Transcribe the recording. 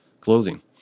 clothing